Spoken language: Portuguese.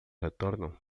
retornam